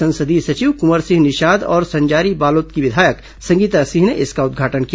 संसदीय सचिव कुंवर सिंह निषाद और संजारी बालोद की विधायक संगीता सिन्हा ने इसका उद्घाटन किया